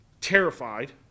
terrified